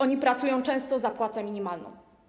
Oni pracują często za płacę minimalną.